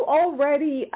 already –